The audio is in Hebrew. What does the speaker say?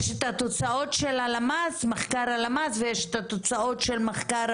יש את התוצאות של מחקר הלמ"ס ויש את התוצאות של מחקר